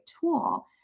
tool